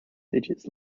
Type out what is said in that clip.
digits